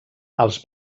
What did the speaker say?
als